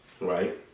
right